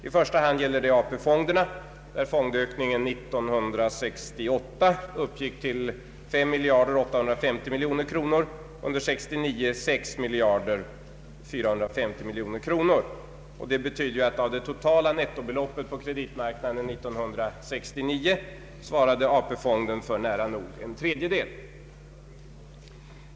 I första hand gäller det AP-fonderna, där fondökningen under 1968 uppgick till 5 850 miljoner kronor, under 1969 till 6450 miljoner kronor. Detta betyder att av det totala netto beloppet på kreditmarknaden 1969 svarade AP-fonden för nära nog en tredjedel.